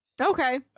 Okay